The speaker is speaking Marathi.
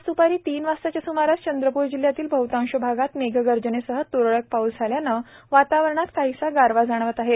आज द्पारी तीन वाजताच्या स्मारास चंद्रपूर जिल्ह्यातील बहतांश भागात मेघगर्जनेसह त्रळक पाऊस झाल्याने वातावरणात काहीसा गारवा जाणवत आहेत